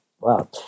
Wow